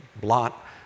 blot